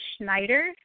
Schneider